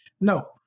No